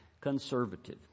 conservative